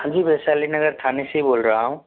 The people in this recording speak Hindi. हाँ जी वैशाली नगर थाने से ही बोल रहा हूँ